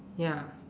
ya